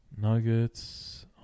Nuggets